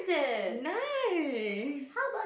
nice